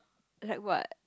like what